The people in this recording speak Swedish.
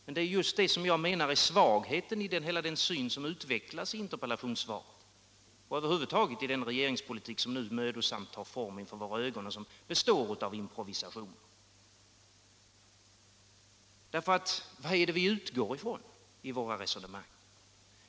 Men det är just det som jag menar är svagheten i hela den syn som utvecklas i interpellationssvaret och över huvud taget i den regeringspolitik som nu mödosamt tar form inför våra ögon och som består av improvisationer. För vad är det vi utgår ifrån i våra resonemang?